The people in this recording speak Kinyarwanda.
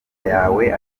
yawe